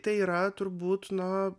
tai yra turbūt na